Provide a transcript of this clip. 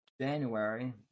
January